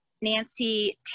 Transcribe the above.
Nancy